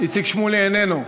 איציק שמולי איננו.